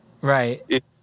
Right